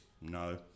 No